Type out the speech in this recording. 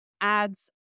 adds